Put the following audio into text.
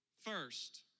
first